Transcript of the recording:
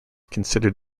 considered